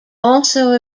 also